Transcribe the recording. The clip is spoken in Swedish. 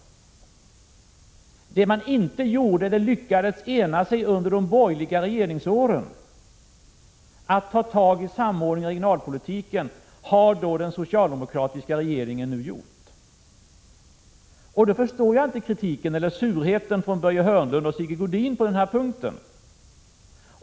Under de borgerliga regeringsåren lyckades man inte ena sig om att ta tag i samordningen av regionalpolitiken. Den socialdemokratiska regeringen har nu gjort detta. Jag förstår inte kritiken, eller surheten, från Börje Hörnlund och Sigge Godin på denna punkt.